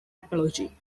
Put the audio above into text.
apology